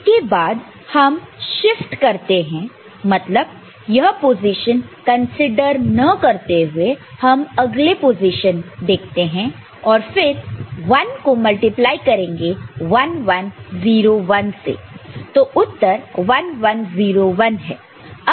इसके बाद हम शिफ्ट करते हैं मतलब यह पोजीशन कंसीडर न करते हुए हम अगला पोजीशन देखते हैं और फिर 1 को मल्टीप्लाई करेंगे 1 1 0 1 से तो उत्तर 1 1 0 1 है